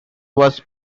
was